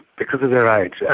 because of their age. yeah